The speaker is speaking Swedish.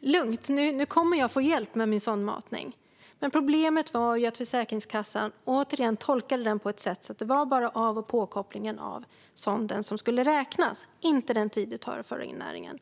lugnt och att de skulle få hjälp med sondmatning, men problemet är att Försäkringskassan återigen tolkade det så att det bara är av och påkoppling av sonden som ska räknas, inte den tid det tar att föra in näringen.